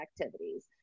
activities